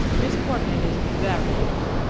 miss portman is very good,